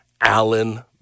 Alan